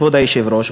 כבוד היושב-ראש,